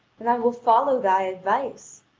and i will follow thy advice.